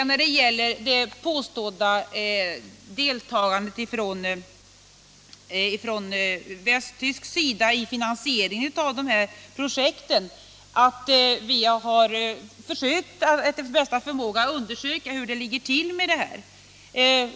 När det gäller det påstådda deltagandet från västtysk sida i finansieringen av projektet vill jag säga att vi efter bästa förmåga har undersökt hur det ligger till med det.